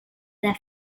their